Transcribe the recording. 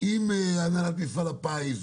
עם הנהלת מפעל הפיס,